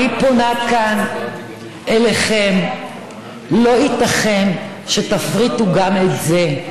אני פונה כאן אליכם, לא ייתכן שתפריטו גם את זה.